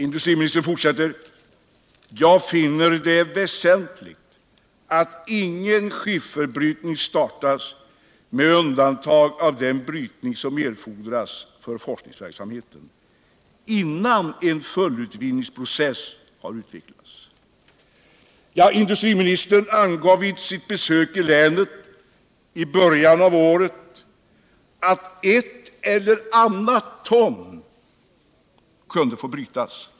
Industriministern fortsätter: ”Jag finner det väsentligt att ingen skifferbrytning startas - med undantag av den brytning som erfordras för forskningsverksamheten — innan en full utvinningsprocess har utvecklats.” Industriministern angav vid sitt besök i länet i början av året att ett eller annat ton kunde få brytas.